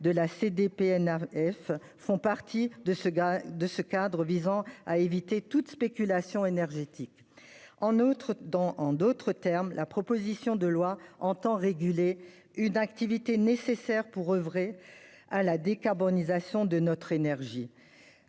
de la CDPENAF. Ce cadre vise à éviter toute spéculation énergétique. En d'autres termes, cette proposition de loi entend réguler une activité nécessaire à la décarbonation de notre énergie,